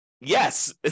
yes